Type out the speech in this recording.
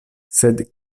sed